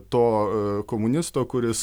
to komunisto kuris